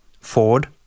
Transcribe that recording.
Ford